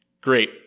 great